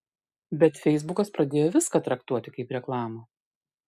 bet feisbukas pradėjo viską traktuoti kaip reklamą